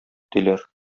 диләр